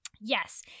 yes